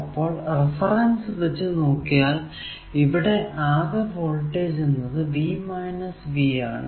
അപ്പോൾ റഫറൻസ് വച്ച് നോക്കിയാൽ ഇവിടെ ആകെ വോൾടേജ് എന്നത് V V ആണ്